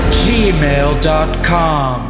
gmail.com